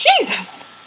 Jesus